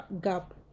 gap